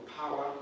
power